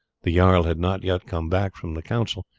the jarl had not yet come back from the council.